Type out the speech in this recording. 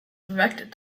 erected